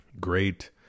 Great